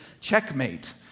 Checkmate